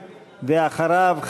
ואחריו,